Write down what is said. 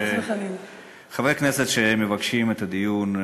חברי כנסת שמבקשים את הדיון,